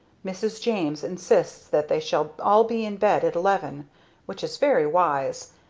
mrs. james insists that they shall all be in bed at eleven which is very wise.